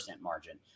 margin